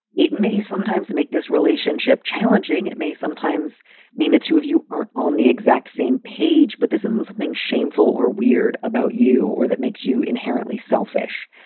it may sometimes make this relationship challenging. it may sometimes mean the two of you aren't on the exact same page. but this isn't something shameful or weird about you or that makes you inherently selfish.